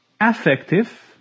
affective